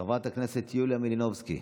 חברת הכנסת יוליה מלינובסקי,